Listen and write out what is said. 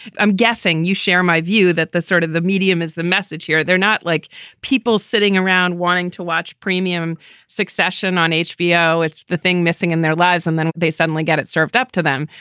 i'm guessing you share my view that the sort of the medium is the message here. they're not like people sitting around wanting to watch premium succession on hbo. it's the thing missing in their lives and then they suddenly get it served up to them.